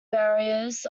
bearers